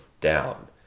down